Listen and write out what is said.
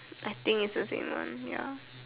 I think it's the same on ya